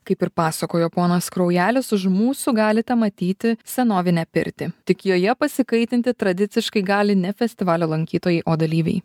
kaip ir pasakojo ponas kraujalis už mūsų galite matyti senovinę pirtį tik joje pasikaitinti tradiciškai gali ne festivalio lankytojai o dalyviai